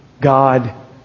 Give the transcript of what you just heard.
God